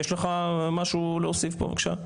יש לך מה להוסיף פה בבקשה?